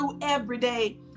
everyday